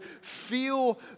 feel